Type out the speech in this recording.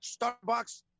Starbucks